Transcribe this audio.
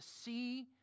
see